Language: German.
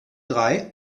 drei